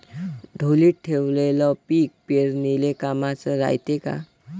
ढोलीत ठेवलेलं पीक पेरनीले कामाचं रायते का?